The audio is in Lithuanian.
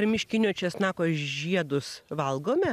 ar miškinio česnako žiedus valgome